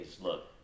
look